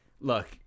look